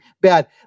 bad